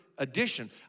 addition